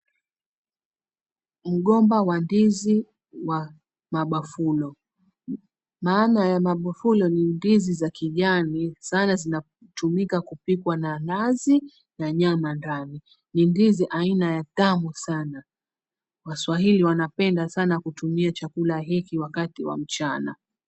Mgomba wa ndizi wa mabafulo , maana ya mabafulo ni ndizi za kijani sana zinazotumika kupikwa na nazi na nyama ndani. Ni ndizi aina ya tamu sana, waswahili wanapenda kutumia chakula hiki wakati wa mchana.